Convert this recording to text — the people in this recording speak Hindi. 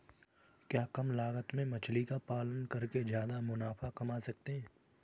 क्या कम लागत में मछली का पालन करके ज्यादा मुनाफा कमा सकते हैं?